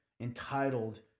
entitled